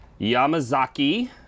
Yamazaki